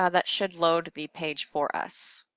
ah that should load the page for us.